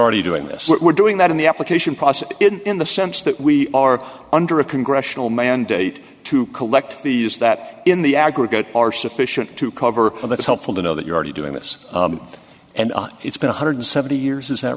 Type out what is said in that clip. already doing this we're doing that in the application process in the sense that we are under a congressional mandate to collect fees that in the aggregate are sufficient to cover that is helpful to know that you're already doing this and it's been one hundred and seventy years is that